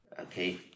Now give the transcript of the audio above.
Okay